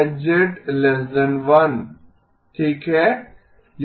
1 ठीक है